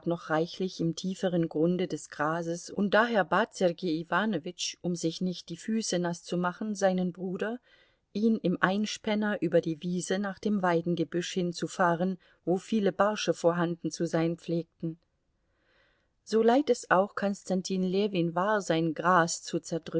noch reichlich im tieferen grunde des grases und daher bat sergei iwanowitsch um sich nicht die füße naß zu machen seinen bruder ihn im einspänner über die wiese nach dem weidengebüsch hinzufahren wo viele barsche vorhanden zu sein pflegten so leid es auch konstantin ljewin war sein gras